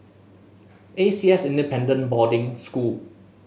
A C S Independent Boarding School